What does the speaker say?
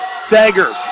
Sager